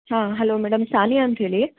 ಹಾಂ hello madam Sania ಅಂತ್ಹೇಳಿ